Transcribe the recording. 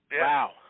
Wow